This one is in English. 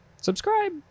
Subscribe